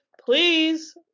please